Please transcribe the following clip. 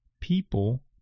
People